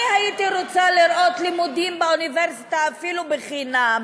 אני הייתי רוצה לראות לימודים באוניברסיטה אפילו חינם,